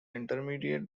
intermediate